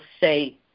say